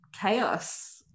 chaos